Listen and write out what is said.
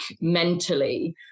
mentally